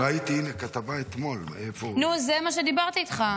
ראיתי אתמול כתבה --- נו, על זה דיברתי איתך.